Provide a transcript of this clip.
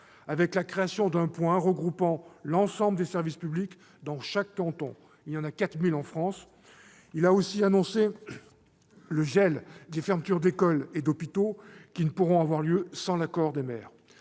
avec la création d'un point regroupant l'ensemble des services publics dans chaque canton- il y en a 4 000 en France. Il a aussi annoncé le gel des fermetures d'écoles et d'hôpitaux, qui ne pourront avoir lieu sans l'accord des maires.